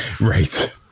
Right